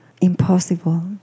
impossible